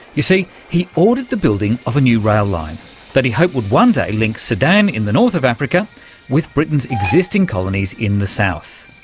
you see he ordered the building of a new rail-line that he hoped would one day link sudan in the north of africa with britain's existing colonies in the south.